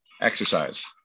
exercise